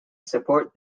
support